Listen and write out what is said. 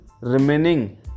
remaining